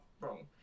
wrong